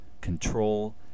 control